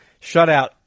shutout